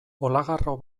olagarro